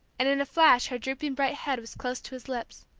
and in a flash her drooping bright head was close to his lips,